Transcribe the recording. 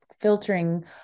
filtering